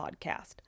Podcast